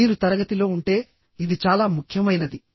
మీరు తరగతిలో ఉంటే ఇది చాలా ముఖ్యమైనది